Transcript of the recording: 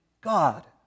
God